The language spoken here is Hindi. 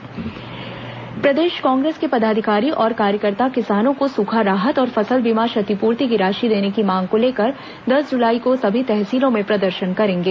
कांग्रेस बैठक प्रदेश कांग्रेस के पदाधिकारी और कार्यकर्ता किसानों को सूखा राहत और फसल बीमा क्षतिपूर्ति की राशि देने की मांग को लेकर दस जुलाई को सभी तहसीलों में प्रदर्शन करेंगे